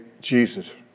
Jesus